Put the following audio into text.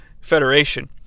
Federation